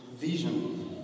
vision